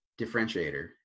differentiator